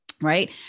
Right